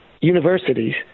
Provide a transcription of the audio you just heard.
universities